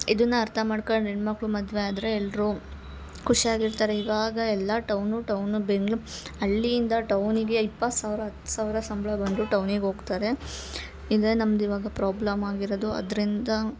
ಇದನ್ನ ಅರ್ಥ ಮಾಡ್ಕಂಡು ಹೆಣ್ಮಕ್ಳು ಮದ್ವೆ ಆದರೆ ಎಲ್ಲರೂ ಖುಷ್ಯಾಗಿರ್ತಾರೆ ಇವಾಗ ಎಲ್ಲಾ ಟೌನು ಟೌನು ಬೆಂಗ್ಳೂ ಹಳ್ಳಿಯಿಂದ ಟೌನಿಗೆ ಇಪ್ಪತ್ತು ಸಾವಿರ ಹತ್ತು ಸಾವಿರ ಸಂಬಳ ಬಂದರೂ ಟೌನಿಗೆ ಹೋಗ್ತಾರೆ ಇದೇ ನಮ್ದು ಇವಾಗ ಪ್ರಾಬ್ಲಮಾಗಿರದು ಅದರಿಂದ